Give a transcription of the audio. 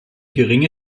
geringe